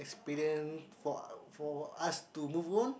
experience for for us to move on